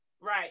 Right